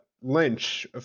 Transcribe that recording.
Lynch